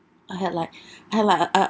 I had like I like a a